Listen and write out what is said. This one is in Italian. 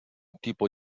tipo